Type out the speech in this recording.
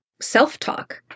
self-talk